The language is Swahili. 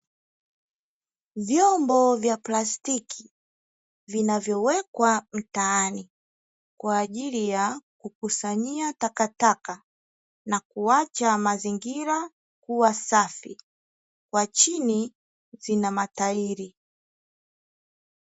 Vyombo vya plastiki vinavyowekwa mtaani kwaajili ya kukusanyia takataka na kuacha mazingira kuwa safi. Kwa chini zina matairi.